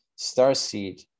Starseed